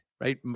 right